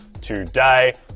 today